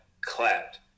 clapped